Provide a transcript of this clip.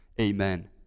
Amen